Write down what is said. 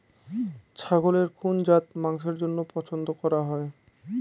ছাগলের কোন জাত মাংসের জন্য পছন্দ করা হয়?